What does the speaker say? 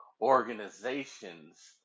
organizations